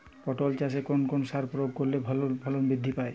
পটল চাষে কোন কোন সার প্রয়োগ করলে ফলন বৃদ্ধি পায়?